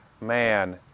Man